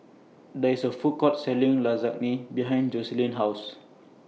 There IS A Food Court Selling Lasagne behind Joseline's House